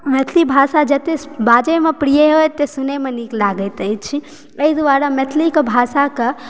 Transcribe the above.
मैथिली भाषा जतय बाजयमे प्रिय होइत ओतय सुनयमे नीक लागैत अछि एहि दुआरे मैथिलीके भाषाकऽ